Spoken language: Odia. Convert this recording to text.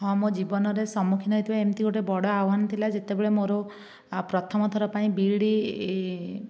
ହଁ ମୋ ଜୀବନରେ ସମ୍ମୁଖୀନ ହୋଇଥିବା ଏମିତି ଗୋଟିଏ ବଡ଼ ଆହ୍ଵାନ ଥିଲା ଯେତେବେଳେ ମୋର ପ୍ରଥମଥର ପାଇଁ ବି ଇ ଡି